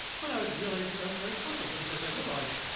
but i was realizing i was very puzzled, because i realized,